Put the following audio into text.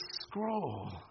scroll